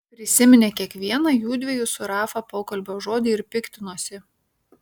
prisiminė kiekvieną jųdviejų su rafa pokalbio žodį ir piktinosi